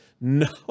no